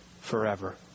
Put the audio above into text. forever